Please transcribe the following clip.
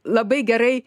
labai gerai